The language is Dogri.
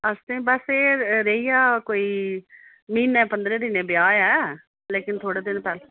असें बस ऐ रेही गेआ कोई म्हीने पंदरें दिनें ब्याह् ऐ लेकिन थोह्ड़े दिन पैह्लें